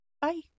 Bye